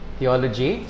Theology